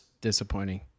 Disappointing